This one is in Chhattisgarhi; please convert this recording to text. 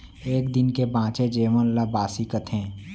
एक दिन के बांचे जेवन ल बासी कथें